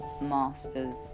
masters